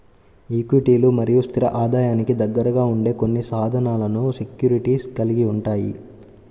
ఈక్విటీలు మరియు స్థిర ఆదాయానికి దగ్గరగా ఉండే కొన్ని సాధనాలను సెక్యూరిటీస్ కలిగి ఉంటాయి